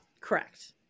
Correct